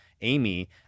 Amy